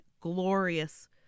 glorious